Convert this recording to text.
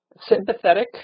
sympathetic